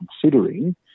considering